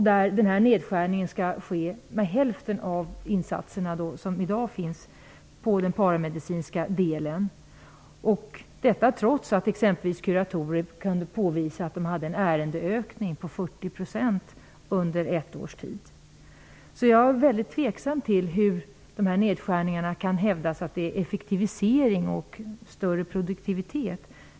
Där skall då nedskärningen ske med hälften av de insatser som i dag finns på den paramedicinska delen. Detta skall ske trots att exempelvis kuratorer kunde påvisa att det förelåg en ärendeökning på 40 % under ett års tid. Jag är mycket tveksam till hur det kan hävdas att dessa nedskärningar kan göras genom effektivisering och större produktivitet.